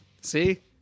see